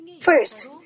First